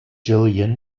jillian